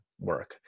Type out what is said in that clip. work